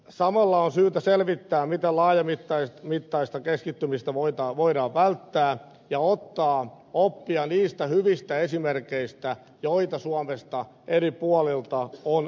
samalla on syytä selvittää miten laajamittaista keskittymistä voidaan välttää ja ottaa oppia niistä hyvistä esimerkeistä joita suomesta eri puolilta on löydettävissä